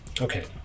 Okay